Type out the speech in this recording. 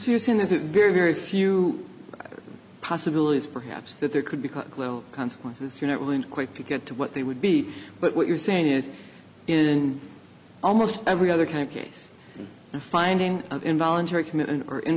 soon is it very very few possibilities perhaps that there could be consequences you're not really quick to get to what they would be but what you're saying is in almost every other kind of case finding an involuntary commitment or in